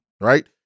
Right